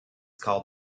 called